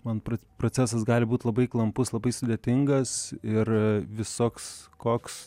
man pro procesas gali būt labai klampus labai sudėtingas ir visoks koks